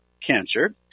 cancer